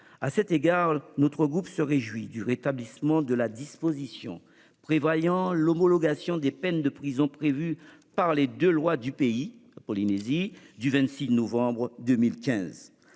À cet égard, le groupe RDPI se félicite du rétablissement de la disposition prévoyant l'homologation des peines de prison prévues par les deux lois du pays du 26 novembre 2015.